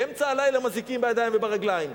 באמצע הלילה, עם אזיקים בידיים וברגליים.